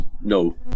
no